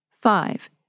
Five